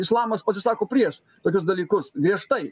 islamas pasisako prieš tokius dalykus griežtai